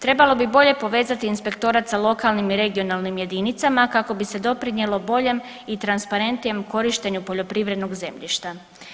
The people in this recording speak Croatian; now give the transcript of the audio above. Trebalo bi bolje povezati inspektorat sa lokalnim i regionalnim jedinicama kako bi se doprinijelo boljem i transparentnijem korištenju poljoprivrednog zemljišta.